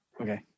Okay